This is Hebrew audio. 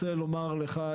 אני רוצה לומר לך,